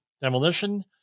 demolition